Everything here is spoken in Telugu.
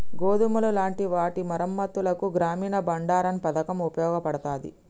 గోదాములు లాంటి వాటి మరమ్మత్తులకు గ్రామీన బండారన్ పతకం ఉపయోగపడతాది